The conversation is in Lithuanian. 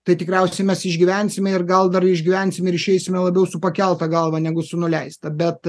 tai tikriausiai mes išgyvensime ir gal dar išgyvensime ir išeisime labiau su pakelta galva negu su nuleista bet